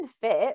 fit